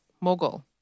mogul